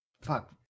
fuck